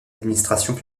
administrations